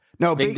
No